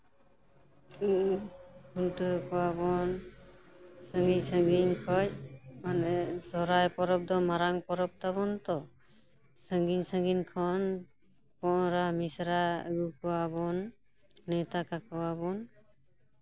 ᱠᱷᱩᱱᱴᱟᱹᱣ ᱠᱚᱣᱟᱵᱚᱱ ᱥᱟᱺᱜᱤᱧᱼᱥᱟᱺᱜᱤᱧ ᱠᱷᱚᱱ ᱢᱟᱱᱮ ᱥᱚᱦᱨᱟᱭ ᱯᱚᱨᱚᱵᱽ ᱫᱚ ᱢᱟᱨᱟᱝ ᱯᱚᱨᱚᱵᱽ ᱛᱟᱵᱚᱱ ᱛᱚ ᱥᱟᱺᱜᱤᱧᱼᱥᱟᱺᱜᱤᱧ ᱠᱷᱚᱱ ᱦᱚᱯᱚᱱ ᱮᱨᱟ ᱢᱤᱥᱨᱟ ᱟᱹᱜᱩ ᱠᱚᱣᱟᱵᱚᱱ ᱱᱮᱶᱛᱟ ᱠᱟᱠᱚᱣᱟᱵᱚᱱ